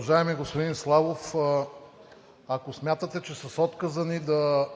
Уважаеми господин Славов, ако смятате, че с отказа ни да